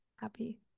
happy